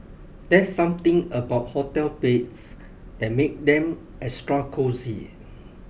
there's something about hotel beds that make them extra cosy